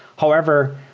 however,